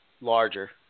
larger